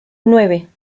nueve